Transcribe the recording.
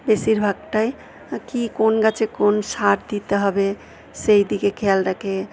বেশির ভাগটাই কী কোন গাছে কোন সার দিতে হবে সেই দিকে খেয়াল রাখে